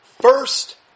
First